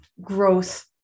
growth